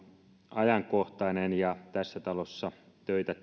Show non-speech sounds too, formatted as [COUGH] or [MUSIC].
ajankohtainen ja tässä talossa töitä [UNINTELLIGIBLE]